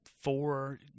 four